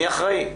מי אחראי?